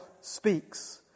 speaks